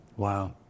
Wow